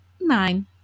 nine